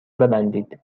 ببندید